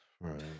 right